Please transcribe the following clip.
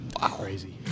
crazy